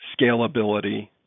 scalability